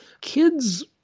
kids